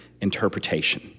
interpretation